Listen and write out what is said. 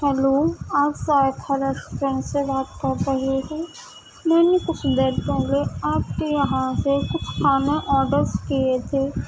hello آپ Zaiqa restaurant سے بات کر رہے ہو میں نے کچھ دیر پہلے آپ کے یہاں سے کچھ کھانا آڈرس کیے تھے